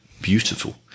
beautiful